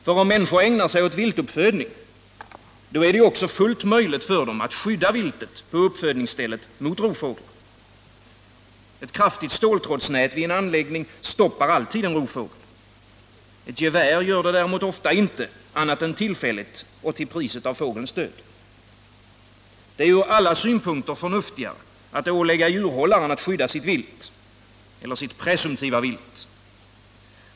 För om människor ägnar sig åt viltuppfödning — då är det ju också fullt möjligt för dem att skydda viltet på uppfödningsstället mot rovfåglar. Ett kraftigt ståltrådsnät vid en anläggning stoppar alltid en rovfågel. Ett gevär gör det däremot ofta inte, annat än tillfälligt och till priset av fågelns död. Det är ur alla synpunkter förnuftigare att ålägga djurhållaren att skydda sitt vilt eller sitt presumtiva vilt.